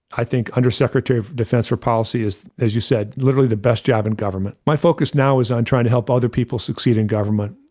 i think undersecretary of defense for policy is, as you said, literally the best job in government. my focus now is on trying to help other people succeed in government.